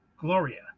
Gloria